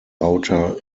outer